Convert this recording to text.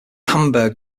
hamburg